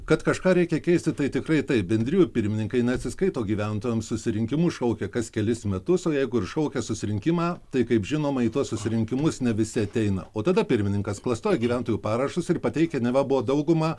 kad kažką reikia keisti tai tikrai taip bendrijų pirmininkai neatsiskaito gyventojams susirinkimus šaukia kas kelis metus o jeigu ir šaukia susirinkimą tai kaip žinoma į tuos susirinkimus ne visi ateina o tada pirmininkas klastoja gyventojų parašus ir pateikia neva buvo dauguma